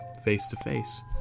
face-to-face